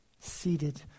seated